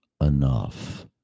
enough